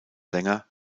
länger